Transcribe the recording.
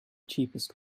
cheapest